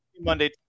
monday